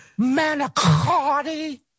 manicotti